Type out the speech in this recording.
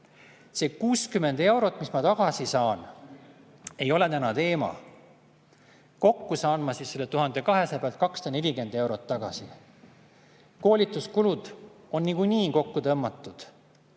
See 60 eurot, mis ma tagasi saaks, ei ole täna teema. Kokku saan ma selle 1200 euro pealt 240 eurot tagasi. Koolituskulud on nagunii kokku tõmmatud.